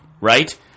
right